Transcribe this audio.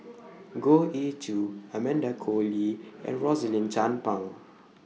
Goh Ee Choo Amanda Koe Lee and Rosaline Chan Pang